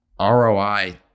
ROI